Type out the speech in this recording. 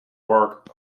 work